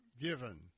given